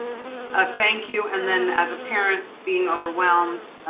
ah thank you and then as a parent being overwhelmed,